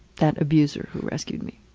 that abuser who rescued me.